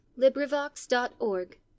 Librivox.org